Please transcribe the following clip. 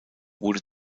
wurde